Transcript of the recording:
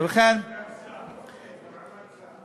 תמשיך לדבר, סגן שר במעמד שר.